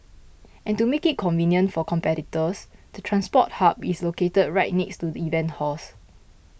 and to make it convenient for competitors the transport hub is located right next to the event halls